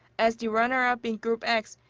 as the runner-up in group x,